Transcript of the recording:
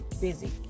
busy